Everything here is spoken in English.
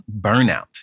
burnout